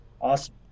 Awesome